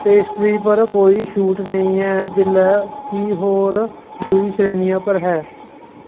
pastry पर कोई छूट नेईं ऐ जेल्लै के होर दूइयें श्रेणियें पर है